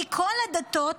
מכל הדתות,